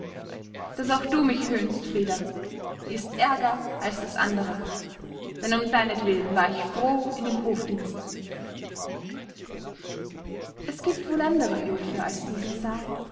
daß auch du mich höhnst frida ist ärger als das andere denn um deinetwillen war ich froh in dem hofdienst es gibt wohl andere höfe als diesen saal